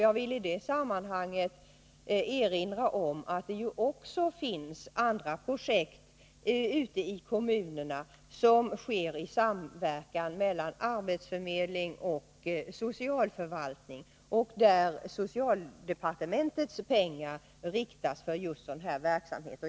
Jag vill i detta sammanhang erinra om att det ju också finns andra projekt ute i kommunerna som genomförs i samverkan mellan arbetsförmedling och socialförvaltning, där socialdepartementets pengar lämnas till just sådan verksamhet.